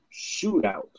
shootout